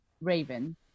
Raven